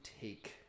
take